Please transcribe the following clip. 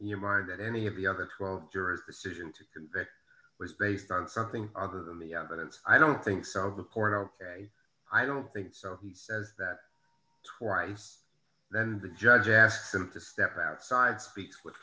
your mind that any of the other twelve jurors the decision to kill that was based on something other than the evidence i don't think so the court out i don't think so he says that twice then the judge asks him to step outside speak with